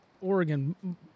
Oregon